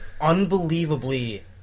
unbelievably